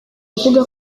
avuga